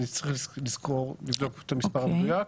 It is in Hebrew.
אני צריך לבדוק את המספר המדויק,